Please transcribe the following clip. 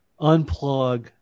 unplug